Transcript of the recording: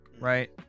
Right